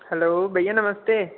hello भैया नमस्ते